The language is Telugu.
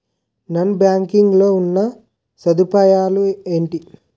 నాన్ బ్యాంకింగ్ లో ఉన్నా సదుపాయాలు ఎంటి?